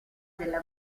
della